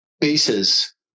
bases